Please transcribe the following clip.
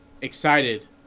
excited